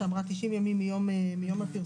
שאמרה 90 ימים מיום הפרסום,